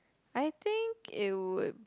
I think it would